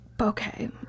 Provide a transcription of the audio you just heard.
okay